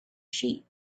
sheep